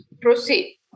proceed